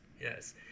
yes